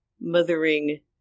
mothering